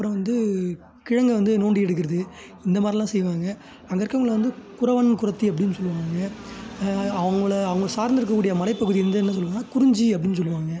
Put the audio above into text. அப்புறோம் வந்து கிழங்கை வந்து நோண்டி எடுக்கிறது இந்த மாதிரிலாம் செய்வாங்க அங்கே இருக்கறவங்களை வந்து குறவன் குறத்தி அப்படின்னு சொல்லுவாங்க அவங்கள அவுங்க சார்ந்து இருக்கக்கூடிய மலைப்பகுதியை வந்து என்ன சொல்வாங்கன்னால் குறிஞ்சி அப்படின்னு சொல்லுவாங்க